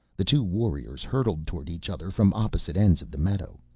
the two warriors hurtled toward each other from opposite ends of the meadow.